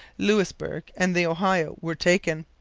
louisbourg and the ohio were taken.